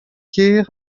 kêr